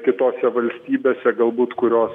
kitose valstybėse galbūt kurios